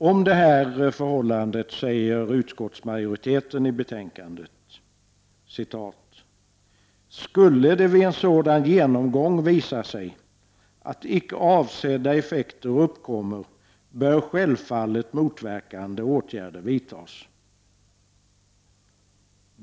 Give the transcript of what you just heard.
Om detta säger utskottsmajoriteten: ”Skulle det vid en sådan genomgång visa sig att icke avsedda effekter uppkommer bör självfallet motverkande åtgärder vidtas.